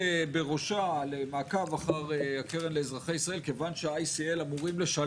רבים רוצים להבין מה קורה כאן ולמה פתאום מקיימים דיון על ים המלח,